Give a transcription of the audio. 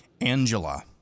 Angela